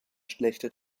schlechte